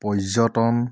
পৰ্যটন